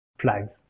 flags